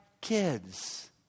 kids